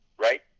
right